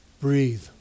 Breathe